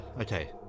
Okay